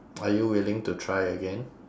are you willing to try again